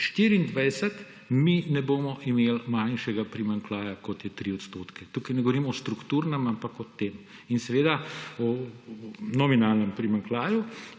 2024 mi ne bomo imeli manjšega primanjkljaja kot je 3 %. Tukaj ne govorimo o strukturnem, ampak o tem in seveda o nominalnem primanjkljaju.